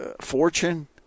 fortune